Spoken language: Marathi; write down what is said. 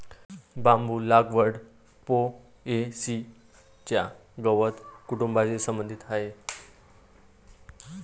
बांबू लागवड पो.ए.सी च्या गवत कुटुंबाशी संबंधित आहे